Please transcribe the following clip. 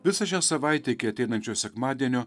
visą šią savaitę iki ateinančio sekmadienio